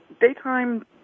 Daytime